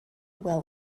well